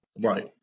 Right